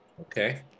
Okay